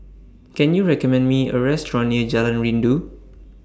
Can YOU recommend Me A Restaurant near Jalan Rindu